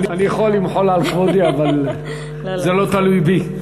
אני יכול למחול על כבודי, אבל זה לא תלוי בי.